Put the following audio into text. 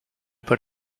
put